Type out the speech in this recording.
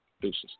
Deuces